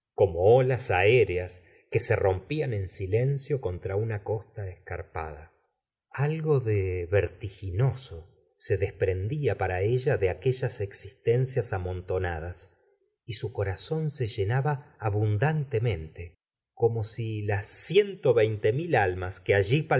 como olas aéreas que se rompían en sil encio contra una costa escarpada la señora de bov ary gustavo l laubert algo de vertiginoso se desprendía para ella de aquellas existencias amontonadas y su corazón se llenaba abundantemente como si las ciento veinte mil almas que allí